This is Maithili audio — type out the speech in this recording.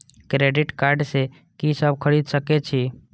क्रेडिट कार्ड से की सब खरीद सकें छी?